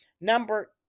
number